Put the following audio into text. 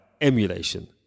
emulation